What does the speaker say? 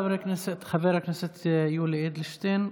תודה לחבר הכנסת יולי אדלשטיין.